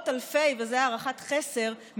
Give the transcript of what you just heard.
וזו הערכת חסר,